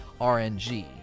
RNG